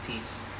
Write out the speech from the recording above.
peace